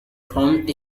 formed